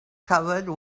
covered